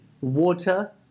Water